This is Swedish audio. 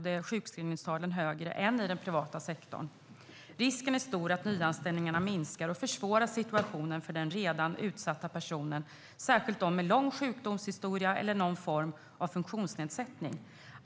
Där är sjukskrivningstalen högre än i den privata sektorn. Risken är stor att nyanställningarna kommer att minska och att det kommer att försvåra situationen för den redan utsatta personen. Det gäller särskilt dem med lång sjukdomshistoria eller någon form av funktionsnedsättning.